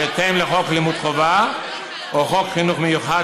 בהתאם לחוק לימוד חובה או חוק חינוך מיוחד,